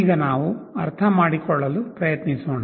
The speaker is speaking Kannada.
ಈಗ ನಾವು ಅರ್ಥಮಾಡಿಕೊಳ್ಳಲು ಪ್ರಯತ್ನಿಸೋಣ